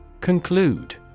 CONCLUDE